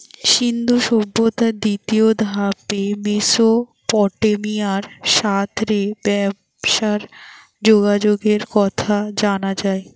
সিন্ধু সভ্যতার দ্বিতীয় ধাপে মেসোপটেমিয়ার সাথ রে ব্যবসার যোগাযোগের কথা জানা যায়